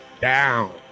down